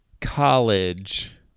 college